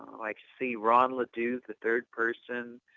like see ron laduke, the third person.